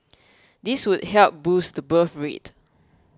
this would help boost the birth rate